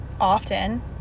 often